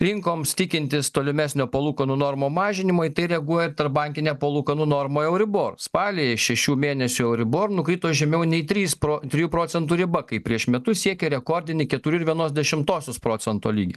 rinkoms tikintis tolimesnio palūkanų normų mažinimo į tai reaguoja tarpbankinė palūkanų norma euribor spalį šešių mėnesių euribor nukrito žemiau nei trys pro trijų procentų riba kai prieš metus siekė rekordinį keturių ir vienos dešimtosios procento lygį